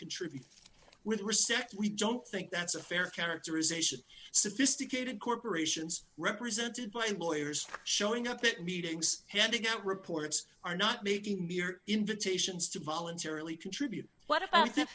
contribute with respect we don't think that's a fair characterization sophisticated corporations represented by employers showing up at meetings handing out reports are not making invitations to pollen generally contribute what about the